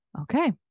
Okay